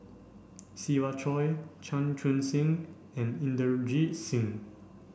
Siva Choy Chan Chun Sing and Inderjit Singh